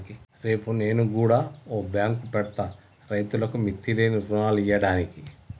రేపు నేను గుడ ఓ బాంకు పెడ్తా, రైతులకు మిత్తిలేని రుణాలియ్యడానికి